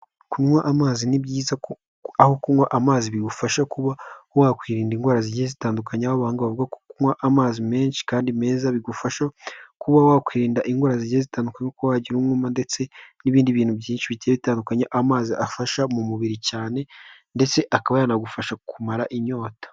Kunywa amazi ni byiza, aho kunywa amazi bigufasha kuba wakwirinda ingwara zigiye zitandukanye, aho abahanga bavuga ko kunywa amazi menshi kandi meza bigufasha kuba wakwirinda ingwara zigiye zitandukanye nko kuba wagira umwuma ndetse n'ibindi bintu byinshi bigiye bitandukanye amazi afasha mu mubiri cyane ndetse akaba yanagufasha kumara inyota.